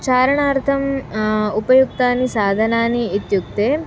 चारणार्थम् उपयुक्तानि साधनानि इत्युक्ते